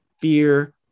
fear